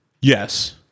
yes